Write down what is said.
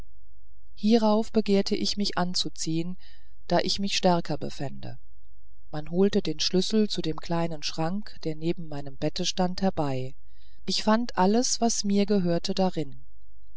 hierauf begehrte ich mich anzuziehen da ich mich stärker befände man holte den schlüssel zu dem kleinen schrank der neben meinem bette stand herbei ich fand alles was mir gehörte darin